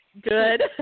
Good